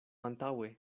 antaŭe